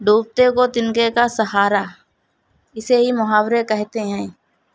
ڈوبتے کو تنکے کا سہارا اسے ہی محاورے کہتے ہیں